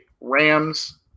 Rams